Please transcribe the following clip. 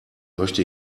möchte